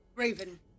Raven